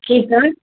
ठीकु आहे